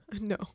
No